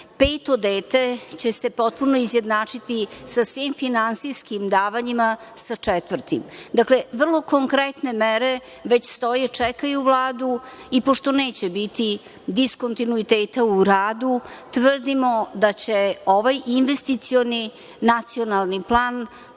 Peto dete će se potpuno izjednačiti sa svim finansijskim davanjima sa četvrtim. Dakle, vrlo konkretne mere već stoje, čekaju Vladu i pošto neće biti diskontinuiteta u radu, tvrdimo da će ovaj investicioni nacionalni plan